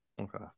Okay